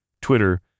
Twitter